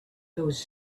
those